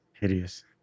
hideous